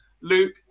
Luke